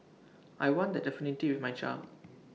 I want the affinity with my child